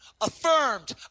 affirmed